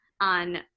on